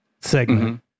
segment